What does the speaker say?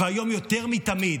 והיום יותר מתמיד.